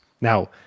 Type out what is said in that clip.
now